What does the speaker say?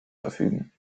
verfügen